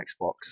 Xbox